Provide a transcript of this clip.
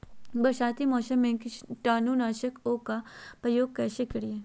बरसाती मौसम में कीटाणु नाशक ओं का प्रयोग कैसे करिये?